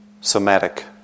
somatic